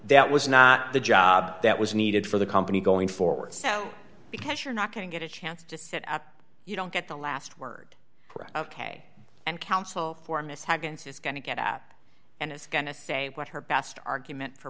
that was not the job that was needed for the company going forward so because you're not going to get a chance to set up you don't get the last word ok and counsel for miss haggans is going to get up and is going to say what her best argument for